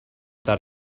that